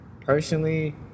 Personally